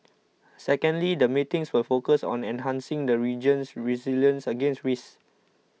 secondly the meetings will focus on enhancing the region's resilience against risks